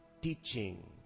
teaching